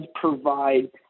provide